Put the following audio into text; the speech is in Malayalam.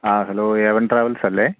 ആ ഹലോ എ വണ് ട്രാവല്സല്ലേ